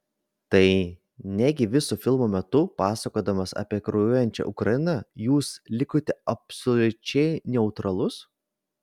tai negi viso filmo metu pasakodamas apie kraujuojančią ukrainą jūs likote absoliučiai neutralus